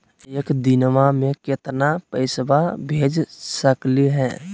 एक दिनवा मे केतना पैसवा भेज सकली हे?